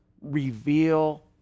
reveal